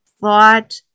thought